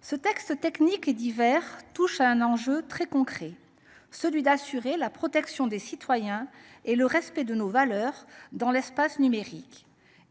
ce texte, techniques et diverses, recouvrent un enjeu très concret : assurer la protection des citoyens et le respect de nos valeurs dans l’espace numérique.